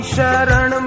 Sharan